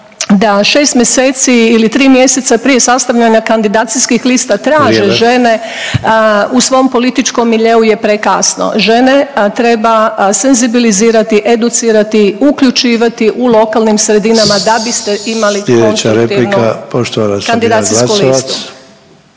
da šest mjeseci ili tri mjeseca prije sastavljanja kandidacijskih lista …/Upadica Sanader: Vrijeme./… traže žene u svom političkom miljeu je prekasne. Žene treba senzibilizirati, educirati, uključivati u lokalnim sredinama da biste imali ……/Upadica Sanader: